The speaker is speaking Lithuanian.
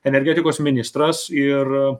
energetikos ministras ir